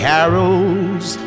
Carols